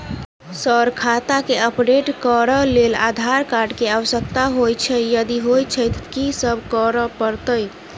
Sir खाता केँ update करऽ लेल आधार कार्ड केँ आवश्यकता होइ छैय यदि होइ छैथ की सब करैपरतैय?